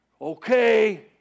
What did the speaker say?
Okay